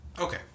okay